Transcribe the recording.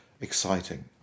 exciting